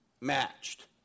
matched